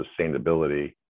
sustainability